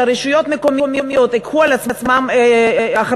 שהרשויות המקומיות ייקחו על עצמן אחריות,